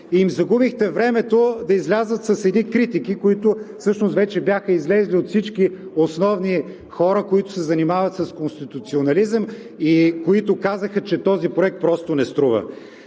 свят, загубихте им времето да излязат с едни критики, които всъщност вече бяха излезли от всички основни хора, които се занимават с конституционализъм и които казаха, че този проект просто не струва.